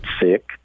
sick